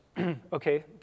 Okay